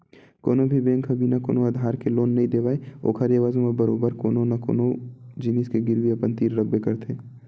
कोनो भी बेंक ह बिना कोनो आधार के लोन नइ देवय ओखर एवज म बरोबर कोनो न कोनो जिनिस के गिरवी अपन तीर रखबे करथे